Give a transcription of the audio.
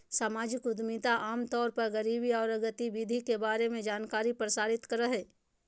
सामाजिक उद्यमिता आम तौर पर गरीबी औरो गतिविधि के बारे में जानकारी प्रसारित करो हइ